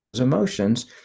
emotions